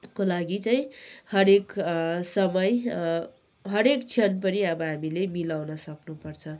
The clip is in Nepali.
को लागि चाहिँ हरेक समय हरेक क्षण पनि अब हामीले मिलाउनु सक्नु पर्छ